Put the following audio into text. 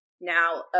now